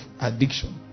addiction